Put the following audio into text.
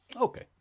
Okay